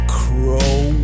crow